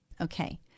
okay